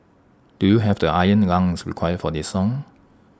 do you have the iron lungs required for this song